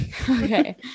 Okay